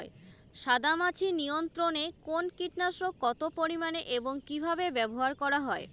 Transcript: সাদামাছি নিয়ন্ত্রণে কোন কীটনাশক কত পরিমাণে এবং কীভাবে ব্যবহার করা হয়?